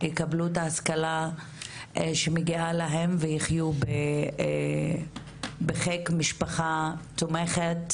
יקבלו את ההשכלה שמגיעה להם ויחיו בחיק משפחה תומכת